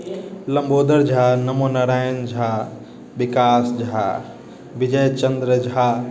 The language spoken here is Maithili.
लम्बोदर झा नमोनारायण झा विकास झा विजयचंद्र झा